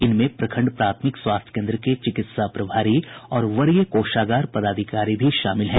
इनमें प्रखंड प्राथमिक स्वास्थ्य केन्द्र के चिकित्सा प्रभारी और वरीय कोषागार पदाधिकारी भी शामिल हैं